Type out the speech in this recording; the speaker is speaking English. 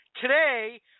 Today